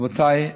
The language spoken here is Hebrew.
רבותיי,